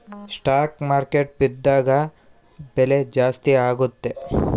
stock market ಬಿದ್ದಾಗ ಬೆಲೆ ಜಾಸ್ತಿ ಆಗುತ್ತೆ